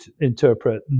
interpret